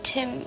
Tim